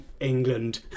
England